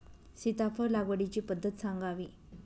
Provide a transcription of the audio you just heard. सीताफळ लागवडीची पद्धत सांगावी?